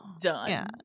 done